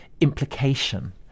implication